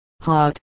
hot